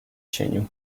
cieniu